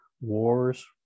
wars